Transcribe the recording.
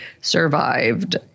survived